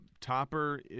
Topper